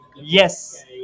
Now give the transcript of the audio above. Yes